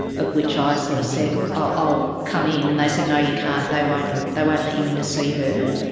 of which i sort of said, oh, i'll come in. and they said no, you can't, they won't they won't let you in to see her.